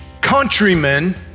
countrymen